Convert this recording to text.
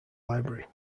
library